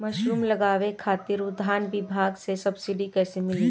Mushroom लगावे खातिर उद्यान विभाग से सब्सिडी कैसे मिली?